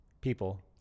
people